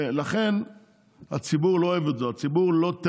לכן הציבור לא אוהב את זה.